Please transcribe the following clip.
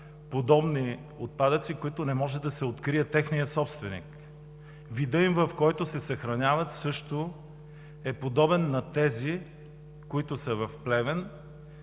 подобни отпадъци, на които не може да се открие техният собственик. Видът, в който се съхраняват, също е подобен на тези, които са в Плевен,